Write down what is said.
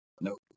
No